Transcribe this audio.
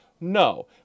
No